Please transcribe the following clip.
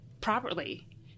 properly